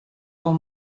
del